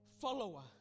follower